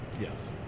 Yes